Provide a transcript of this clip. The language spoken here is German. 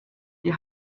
die